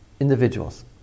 individuals